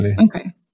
Okay